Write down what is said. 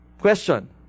Question